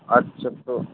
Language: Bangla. আচ্ছা তো